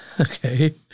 Okay